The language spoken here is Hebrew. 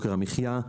ליוקר המחיה.